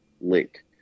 link